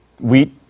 wheat